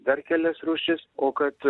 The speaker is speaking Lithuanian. dar kelias rūšis o kad